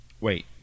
wait